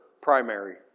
primary